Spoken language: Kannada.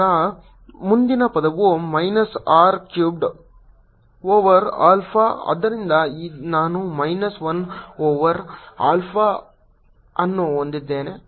ನಂತರ ಮುಂದಿನ ಪದವು minus r cubed over alpha ಆದ್ದರಿಂದ ನಾನು ಮೈನಸ್ 1 ಓವರ್ ಆಲ್ಫಾ ಅನ್ನು ಹೊಂದಿದ್ದೇನೆ